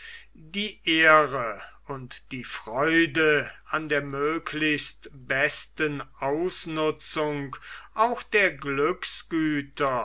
die ehre und die freude an der möglichst besten ausnutzung auch der